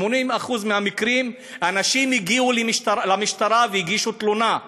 ב-80% מהמקרים הנשים הגיעו למשטרה והגישו תלונה.